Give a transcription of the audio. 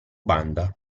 banda